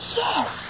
yes